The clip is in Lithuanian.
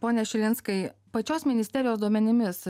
pone šilinskai pačios ministerijos duomenimis